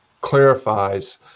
clarifies